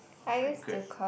regret